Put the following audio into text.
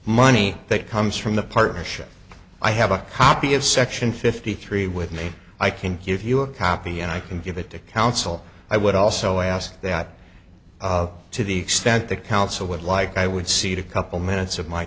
money that comes from the partnership i have a copy of section fifty three with me i can give you a copy and i can give it to council i would also ask that to the extent the council would like i would see a couple minutes of my